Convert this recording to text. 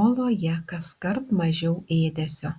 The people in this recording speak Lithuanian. oloje kaskart mažiau ėdesio